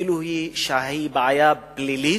כאילו היא בעיה פלילית,